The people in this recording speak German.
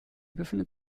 befindet